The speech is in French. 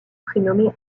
prénommé